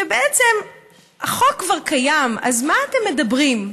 שבעצם החוק כבר קיים, אז מה אתם מדברים?